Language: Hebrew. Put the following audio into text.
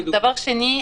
דבר שני,